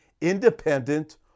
independent